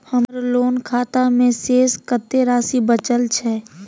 हमर लोन खाता मे शेस कत्ते राशि बचल छै?